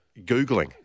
Googling